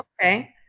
okay